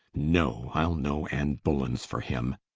no ile no anne bullens for him,